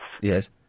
Yes